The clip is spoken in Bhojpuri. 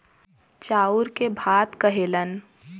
चाउर के भात कहेलन